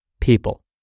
people